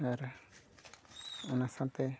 ᱟᱨ ᱚᱱᱟ ᱥᱟᱶᱛᱮ